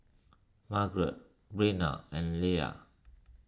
Margare Brenna and Leia